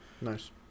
Nice